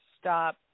stop